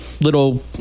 little